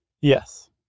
Yes